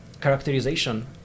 characterization